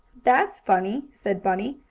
that's funny, said bunny.